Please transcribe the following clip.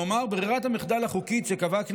כלומר ברירת המחדל החוקית שקבעה הכנסת,